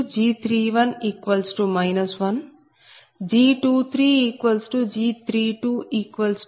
5G13G31 1